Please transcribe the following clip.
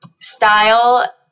style